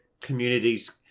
communities